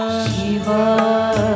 Shiva